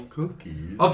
cookies